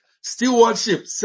Stewardship